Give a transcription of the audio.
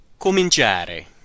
COMINCIARE